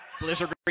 Blizzard